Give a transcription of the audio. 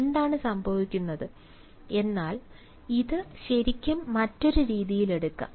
എന്താണ് സംഭവിക്കുന്നത് എന്നാൽ ഇത് ശരിക്കും മറ്റൊരു രീതിയിൽ എടുക്കാം